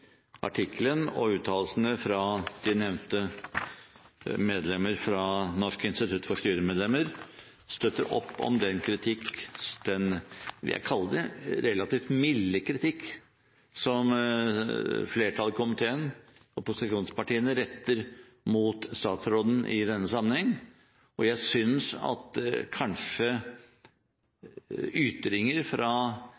artikkelen og uttalelsene fra de nevnte medlemmer fra Norsk Institutt for Styremedlemmer støtter opp om den kritikk, det jeg vil kalle den relativt milde kritikk, som flertallet i komiteen, opposisjonspartiene, retter mot statsråden i denne sammenheng. Jeg synes kanskje